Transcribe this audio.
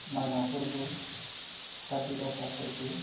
मायनाव फोरबो काति गासा फोरबो